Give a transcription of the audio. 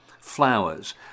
flowers